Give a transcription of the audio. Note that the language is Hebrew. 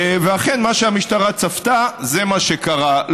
ואכן, מה שהמשטרה צפתה זה מה שקרה.